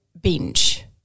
binge